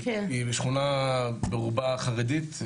היא שכונה ברובה חרדית,